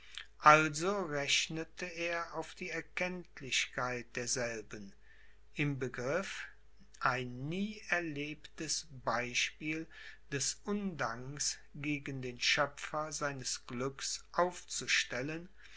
also rechnete er auf die erkenntlichkeit derselben im begriff ein nie erlebtes beispiel des undanks gegen den schöpfer seines glücks aufzustellen